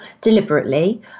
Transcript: deliberately